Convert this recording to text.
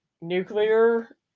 nuclear